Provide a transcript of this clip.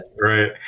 Right